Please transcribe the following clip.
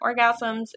orgasms